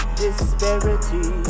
disparity